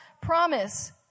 promise